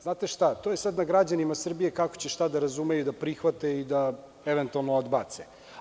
Znate šta, to je sada na građanima Srbije kako će šta da razumeju i prihvate i da eventualno odbace.